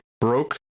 broke